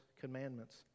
commandments